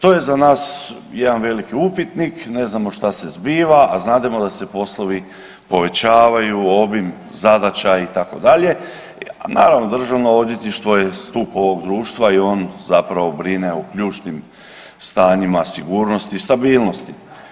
To je za nas jedan veliki upitnik, ne znamo što se zbiva, a znademo da se poslovi povećavaju ovim zadaća i tako dalje, naravno Državno odvjetništvo je stup ovog društva i on zapravo brine o ključnim stanjima sigurnosti, stabilnosti.